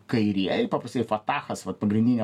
kairieji paprastai fatechas va pagrindinė